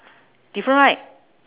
different right